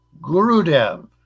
Gurudev